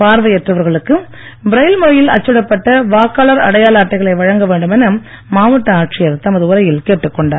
பார்வையற்றவர்களுக்கு Braille முறையில் அச்சிடப்பட்ட வாக்களர் அடையாள அட்டைகளை வழங்க வேண்டும் என மாவட்ட ஆட்சியர் தமது உரையில் கேட்டுக் கொண்டார்